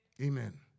Amen